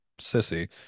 sissy